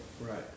Right